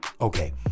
Okay